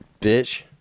bitch